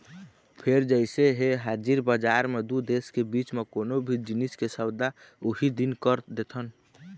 फेर जइसे के हाजिर बजार म दू देश के बीच म कोनो भी जिनिस के सौदा उहीं दिन कर देथन